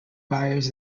buyers